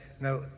now